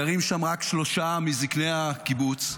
גרים שם רק שלושה מזקני הקיבוץ,